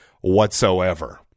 whatsoever